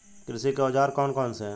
कृषि के औजार कौन कौन से हैं?